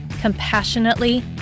compassionately